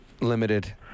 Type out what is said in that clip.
limited